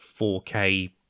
4K